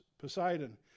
Poseidon